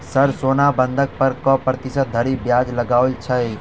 Sir सोना बंधक पर कऽ प्रतिशत धरि ब्याज लगाओल छैय?